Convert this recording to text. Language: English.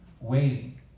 Waiting